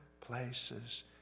places